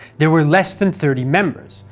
there were less than thirty members,